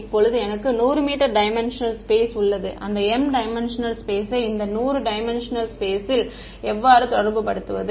இப்போது எனக்கு 100m dimensional space உள்ளது அந்த m டைமென்ஷெனல் ஸ்பேஸை இந்த 100m டைமென்ஷெனல் ஸ்பேசில் எவ்வாறு தொடர்புபடுத்துவது